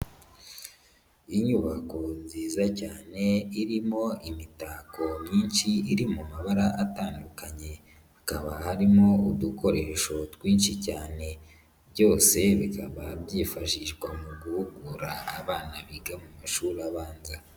Inyubako nziza cyane irimo imitako myinshi iri mu mabara atandukanye, hakaba harimo udukoresho twinshi cyane, byose bikaba byifashishwa mu guhugura abana biga mu mashuri abanza.